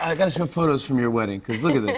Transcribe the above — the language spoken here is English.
and show photos from your wedding. cause look at this.